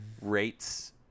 rates